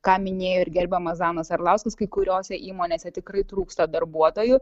ką minėjo ir gerbiamas danas arlauskas kai kuriose įmonėse tikrai trūksta darbuotojų